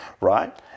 right